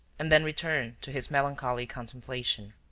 and then returned to his melancholy contemplation.